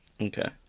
Okay